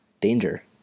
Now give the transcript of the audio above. danger